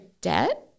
debt